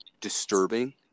disturbing